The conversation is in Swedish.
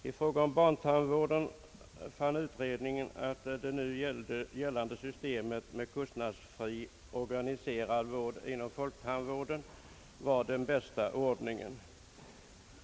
I fråga om barntandvården fann utredningen, att det nu gällande systemet med kostnadsfri, organiserad vård inom folktandvården var den bästa ordningen.